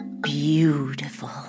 beautiful